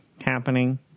happening